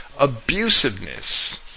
abusiveness